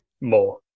more